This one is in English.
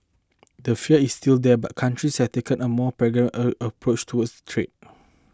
the fear is still there but countries had taken a more pragmatic a approach towards trade